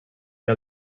que